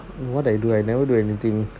what I do I never do anything